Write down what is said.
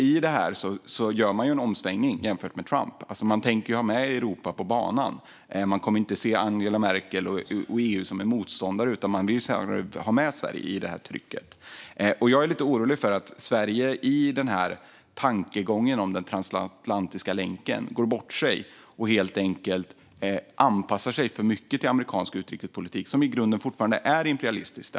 I detta gör man en omsvängning jämfört med Trump, alltså att man tänker ha med Europa på banan. Man kommer inte att se Angela Merkel och EU som motståndare, utan man vill snarare ha med bland annat Sverige i detta tryck. Jag är lite orolig för att Sverige i denna tankegång om den transatlantiska länken går bort sig och helt enkelt anpassar sig för mycket till amerikansk utrikespolitik, som i grunden fortfarande är imperialistisk.